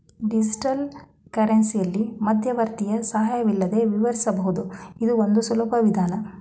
digital ಕರೆನ್ಸಿಯಲ್ಲಿ ಮಧ್ಯವರ್ತಿಯ ಸಹಾಯವಿಲ್ಲದೆ ವಿವರಿಸಬಹುದು ಇದು ಒಂದು ಸುಲಭ ವಿಧಾನ